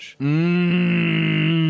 Mmm